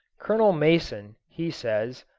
colonel mason, he says,